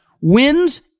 Wins